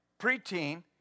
preteen